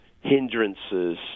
hindrances